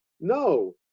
no